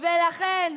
ולכן,